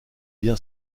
bien